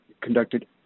conducted